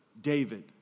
David